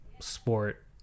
sport